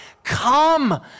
Come